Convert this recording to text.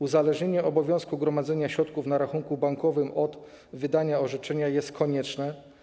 Uzależnienie obowiązku gromadzenia środków na rachunku bankowym od wydawania orzeczenia jest konieczne.